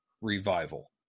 revival